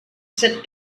sit